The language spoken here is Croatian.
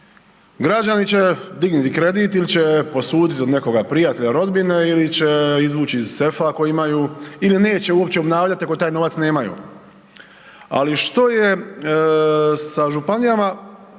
Građani će dignuti kredit ili će posuditi od nekoga prijatelja, rodbine ili će izvući iz sefa ako imaju ili neće uopće obnavljati ako taj novac nemaju, ali što je sa županijama